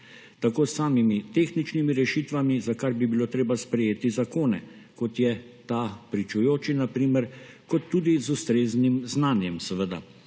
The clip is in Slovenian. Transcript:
tako s samimi tehničnimi rešitvami, za kar bi bilo treba sprejeti zakone, kot je na primer ta pričujoči, kot tudi z ustreznim znanjem, seveda.